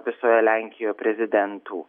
visoje lenkijoj prezidentų